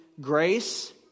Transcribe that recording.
grace